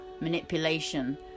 manipulation